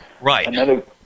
Right